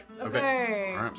Okay